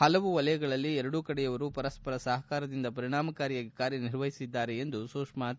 ಪಲವು ಕ್ಷೇತ್ರಗಳಲ್ಲಿ ಎರಡೂ ಕಡೆಯವರು ಪರಸ್ತರ ಸಹಕಾರದಿಂದ ಪರಿಣಾಮಕಾರಿಯಾಗಿ ಕಾರ್ಯ ನಿರ್ವಹಿಸಿದ್ದಾರೆ ಎಂದರು